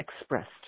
expressed